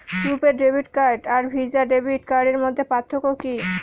রূপে debit card আর visa debit কার্ডের মধ্যে পার্থক্য কি?